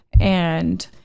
and-